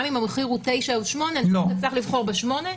גם אם המחיר הוא 9 או 8 אני אצטרך לבחור ב-8?